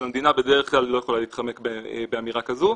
אבל המדינה בדרך כלל לא יכולה להתחמק באמירה כזו.